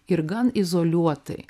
ir gan izoliuotai